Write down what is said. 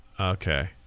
Okay